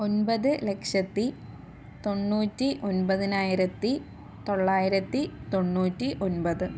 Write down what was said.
ഒൻപത് ലക്ഷത്തി തൊണ്ണൂറ്റി ഒൻപതിനായിരത്തി തൊള്ളായിരത്തി തൊണ്ണൂറ്റി ഒൻപത്